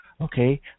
Okay